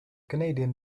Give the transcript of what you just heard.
canadian